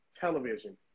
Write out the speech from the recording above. television